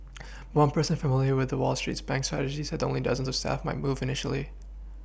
one person familiar with the Wall street bank's strategy said that only dozens of staff might move initially